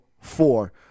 four